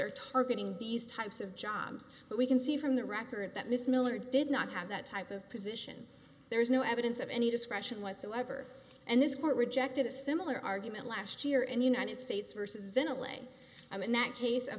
are targeting these types of jobs but we can see from the record that ms miller did not have that type of position there is no evidence of any discretion whatsoever and this court rejected a similar are last year and united states versus ventilating and in that case a